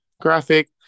graphic